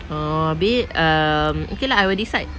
err abeh um okay lah I will decide